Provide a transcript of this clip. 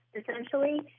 essentially